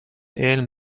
علم